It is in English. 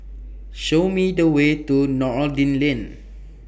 Show Me The Way to Noordin Lane